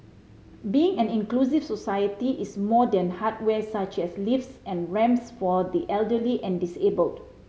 being an inclusive society is more than hardware such as lifts and ramps for the elderly and disabled